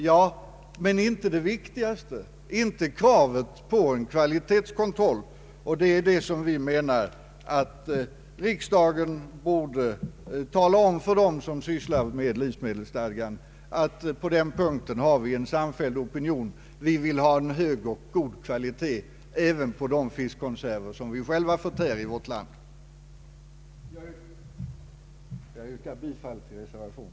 Ja, men inte det viktigaste, nämligen kravet på kvalitetskontroll. Vi anser alltså att riksdagen borde tala om för dem som sysslar med livsmedelsstadgan att vi på den punkten har en samfälld opinion och att vi vill ha en hög och god kvalitet även på de fiskkonserver som vi själva förtär i vårt land. Herr talman!